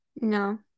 no